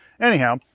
Anyhow